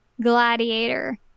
gladiator